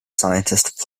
scientist